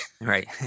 right